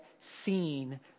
seen